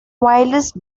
wildest